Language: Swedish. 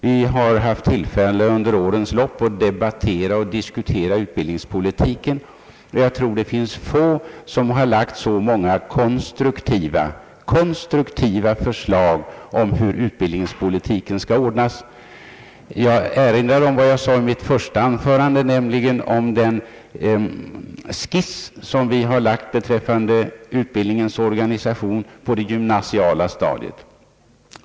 Vi har under årens lopp haft tillfälle debattera och diskutera utbildningspolitiken, men jag tror att det finns få som har lagt så många konstruktiva förslag om hur utbildningspolitiken skall ordnas som vi gjort. Jag erinrar om vad jag sade i mitt första anförande om den skiss som vi har lagt fram beträffande utbildningens organisation på det gymnasiala stadiet.